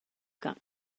got